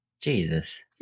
Jesus